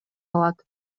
алат